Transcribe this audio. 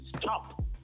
stop